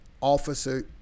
Officer